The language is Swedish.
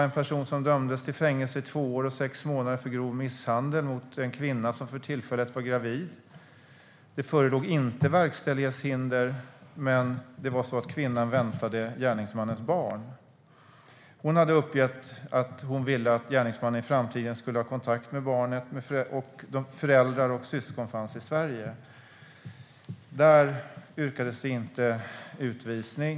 En person dömdes till fängelse i två år och sex månader för grov misshandel av en kvinna som för tillfället var gravid. Det förelåg inte verkställighetshinder. Men kvinnan väntade gärningsmannens barn. Hon hade uppgett att hon ville att gärningsmannen i framtiden skulle ha kontakt med barnet, och gärningsmannens föräldrar och syskon fanns i Sverige. Där yrkades det inte på utvisning.